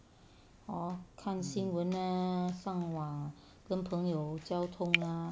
hor 看新闻啊上网跟朋友交通啊